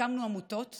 הקמנו עמותות וארגונים,